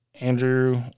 Andrew